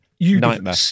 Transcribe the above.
Nightmare